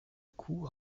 coup